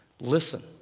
Listen